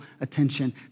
attention